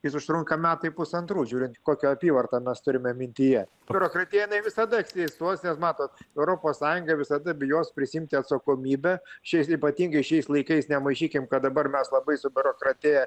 jis užtrunka metai pusantrų žiūrint kokio apyvartą mes turime mintyje biurokratija jinai visada egzistuos nes matot europos sąjunga visada bijos prisiimti atsakomybę šiais ypatingai šiais laikais nemaišykim kad dabar mes labai subiurokratėję